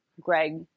Greg